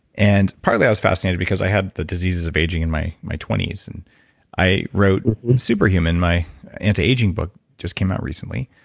and partly, i was fascinated because i had the diseases of aging in my my twenty s, and i wrote superhuman, my anti-aging book. it just came out recently.